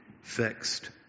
fixed